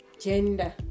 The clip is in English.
Gender